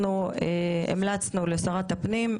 המלצנו לשרת הפנים,